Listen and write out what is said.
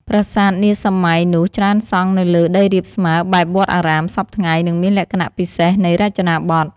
ប្រាសាទនាសម័យ នោះច្រើនសង់នៅលើដីរាបស្មើបែបវត្តអារាម សព្វថ្ងៃ និងមានលក្ខណៈពិសេសនៃរចនាបថ។